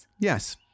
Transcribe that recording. Yes